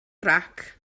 grac